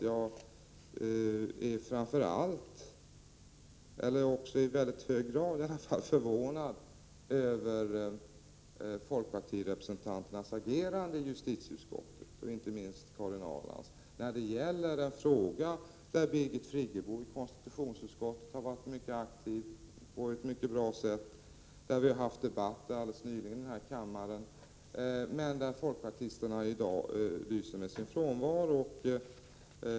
Jag är i mycket hög grad förvånad över folkpartirepresentanternas agerande i justitieutskottet, inte minst Karin Ahrlands agerande, när det gäller en fråga, där Birgit Friggebo i konstitutionsutskottet har varit mycket aktiv på ett bra sätt, där vi nyligen haft en debatt här i kammaren men där folkpartisterna i dag lyser med sin frånvaro.